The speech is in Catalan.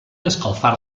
escalfar